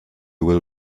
will